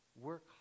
Work